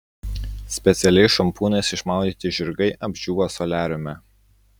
specialiais šampūnais išmaudyti žirgai apdžiūva soliariume